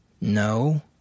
no